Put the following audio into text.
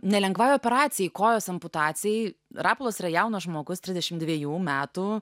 nelengvai operacijai kojos amputacijai rapolas yra jaunas žmogus trisdešim dvejų metų